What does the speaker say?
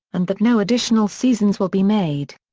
and that no additional seasons will be made.